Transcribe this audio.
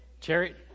Cherry